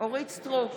אורית מלכה סטרוק,